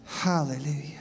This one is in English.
Hallelujah